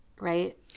right